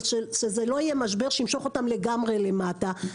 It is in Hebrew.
אבל שזה לא יהיה משבר שימשוך אותם לגמרי למטה.